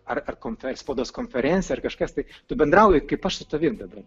ar ar konfe spaudos konferencija ar kažkas tai tu bendrauji kaip aš su tavim dabar